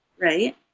Right